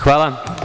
Hvala.